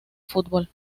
fútbol